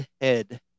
head